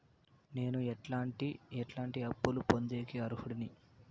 నేను ఎట్లాంటి ఎట్లాంటి అప్పులు పొందేకి అర్హుడిని?